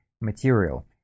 material